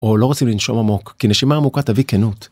או לא רוצים לנשום עמוק, כי נשימה עמוקה תביא כנות.